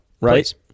Right